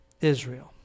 Israel